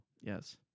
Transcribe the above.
Yes